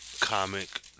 comic